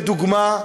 לדוגמה,